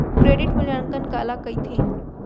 Credit मूल्यांकन काला कहिथे?